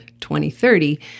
2030